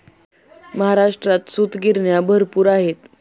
महाराष्ट्रात सूतगिरण्या भरपूर आहेत